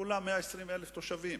שכולה 120,000 תושבים.